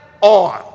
on